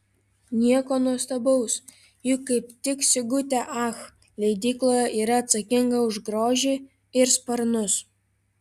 nieko nuostabaus juk kaip tik sigutė ach leidykloje yra atsakinga už grožį ir sparnus